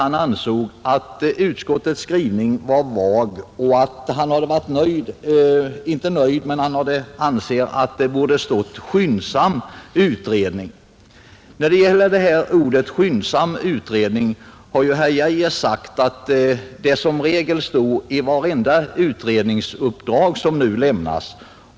Han ansåg att utskottets skrivning var vag och att det borde ha stått ”skyndsam utredning”. Vad beträffar ordet skyndsam så har ju herr Geijer sagt att det numera brukar stå i direktiven för varje utredning som tillsätts.